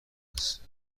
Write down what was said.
است